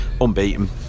Unbeaten